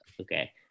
Okay